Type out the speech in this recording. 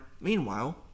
Meanwhile